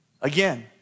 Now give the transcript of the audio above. Again